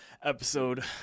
Episode